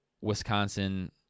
Wisconsin